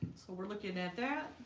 so we're looking at that